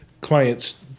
clients